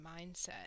mindset